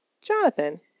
Jonathan